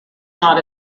not